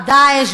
"דאעש",